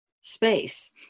space